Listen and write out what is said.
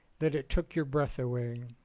that it took your breath away.